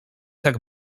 tak